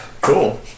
Cool